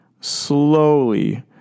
slowly